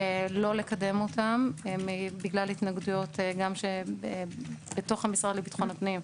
לא לקדם אותם בגלל התנגדויות גם בתוך המשרד לביטחון הפנים,